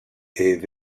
est